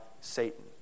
Satan